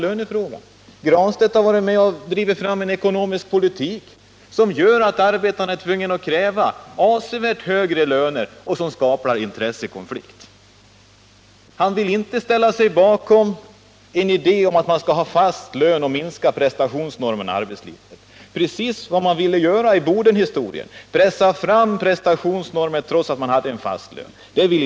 Pär Granstedt har varit med och drivit fram en ekonomisk politik som gör att arbetarna är tvungna att kräva avsevärt högre löner och som skapar intressekonflikter. Pär Granstedt vill inte ställa sig bakom en idé om att man skall ha fast lön och att man skall sänka prestationsnormerna i arbetslivet. I Bodenfallet handlade det just om att pressa fram prestationsnormer trots att man hade en fast lön.